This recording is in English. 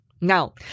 Now